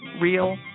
real